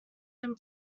them